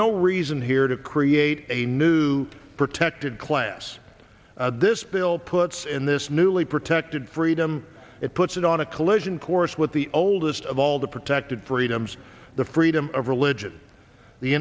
no reason here to create a new protected class this bill puts in this newly protected freedom it puts it on a collision course with the oldest of all the protected freedoms the freedom of religion the